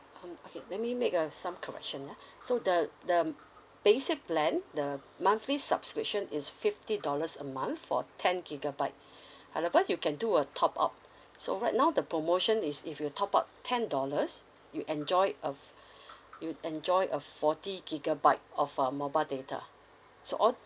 um okay let me make uh some correction ah so the the basic plan the monthly subscription is fifty dollars a month for ten gigabyte otherwise you can do a top up so right now the promotion is if you top up ten dollars you enjoy of you enjoy a forty gigabyte of uh mobile data so all